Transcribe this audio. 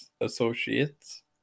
Associates